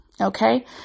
Okay